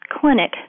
clinic